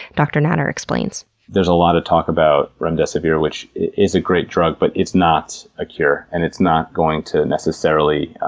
dr. natter explains there's a lot of talk about remdesivir, which is a great drug, but it's not a cure, and it's not going to necessarily